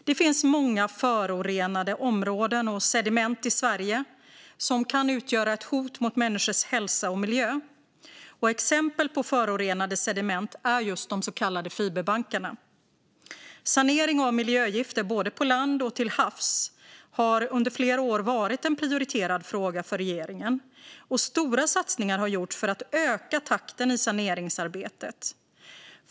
Det finns många förorenade områden och sediment i Sverige som kan utgöra ett hot mot människors hälsa och mot miljön. Exempel på förorenande sediment är de så kallade fiberbankarna. Sanering av miljögifter både på land och till havs har under flera år varit en prioriterad fråga för regeringen, och stora satsningar har gjorts för att öka takten i saneringsarbetet.